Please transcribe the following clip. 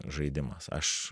žaidimas aš